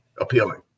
appealing